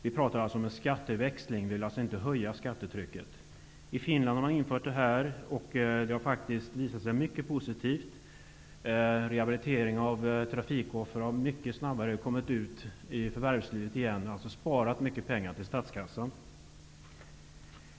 Vi talar här om en skatteväxling och vill alltså inte höja skattetrycket. Denna åtgärd har genomförts i Finland, och den har visat sig ha mycket positiva effekter. Vid rehabiliteringen av trafikoffren har dessa mycket snabbare kommit ut i förvärvslivet igen. Härigenom har man sparat mycket pengar till statskassan.